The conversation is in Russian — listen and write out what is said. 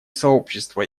сообщества